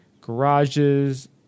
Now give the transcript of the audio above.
garages